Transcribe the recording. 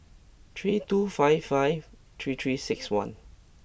three two five five three three six one